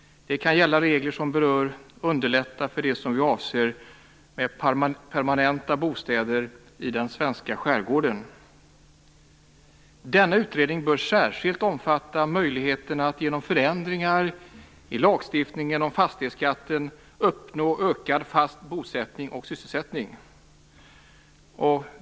Det kan gälla regler som underlättar för permanenta bostäder i den svenska skärgården. Denna utredning bör särskilt omfatta möjligheten att genom förändringar i lagstiftningen om fastighetsskatten uppnå ökad fast bosättning och sysselsättning.